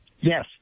Yes